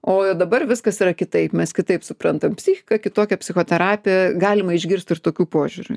o jau dabar viskas yra kitaip mes kitaip suprantam psichiką kitokią psichoterapiją galima išgirst ir tokių požiūrių